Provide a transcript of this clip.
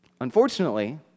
Unfortunately